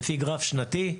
לפי גרף שנתי,